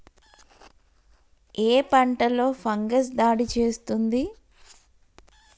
ఏ పంటలో ఫంగస్ దాడి చేస్తుంది?